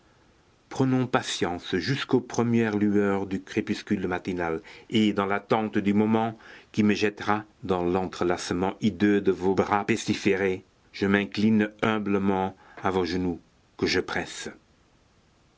prenons patience jusqu'aux premières lueurs du crépuscule matinal et dans l'attente du moment qui me jettera dans l'entrelacement hideux de vos bras pestiférés je m'incline humblement à vos genoux que je presse